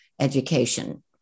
education